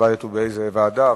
התלבטנו באיזו ועדה,